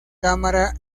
cámara